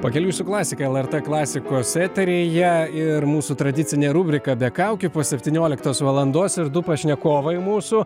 pakeliui su klasika lrt klasikos eteryje ir mūsų tradicinė rubrika be kaukių po septynioliktos valandos ir du pašnekovai mūsų